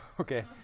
Okay